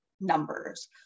numbers